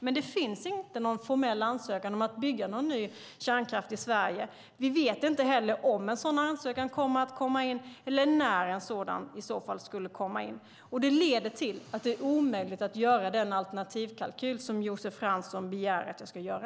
Men det finns inte någon formell ansökan om att bygga någon ny kärnkraft i Sverige. Vi vet inte heller om eller när en sådan ansökan kommer att komma in. Det leder till att det är omöjligt att göra den alternativkalkyl som Josef Fransson begär att jag ska göra.